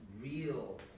real